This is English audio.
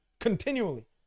continually